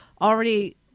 already